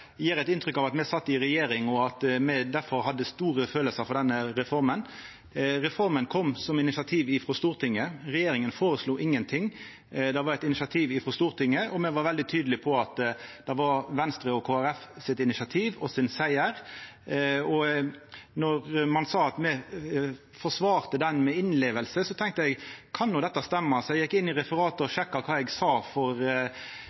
regjering og difor hadde store følelsar for denne reforma. Reforma kom på initiativ frå Stortinget. Regjeringa føreslo ingenting. Det var eit initiativ frå Stortinget, og me var veldig tydelege på at det var Venstre og Kristeleg Folkeparti sitt initiativ og deira siger. Når ein sa at me forsvarte det med innleving, tenkte eg: Kan no dette stemma? Så eg gjekk inn i referatet og